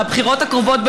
בבחירות הקרובות,